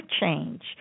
change